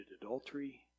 adultery